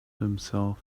himself